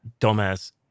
dumbass